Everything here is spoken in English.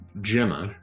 Gemma